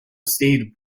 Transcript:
stayed